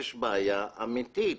יש בעיה אמיתית.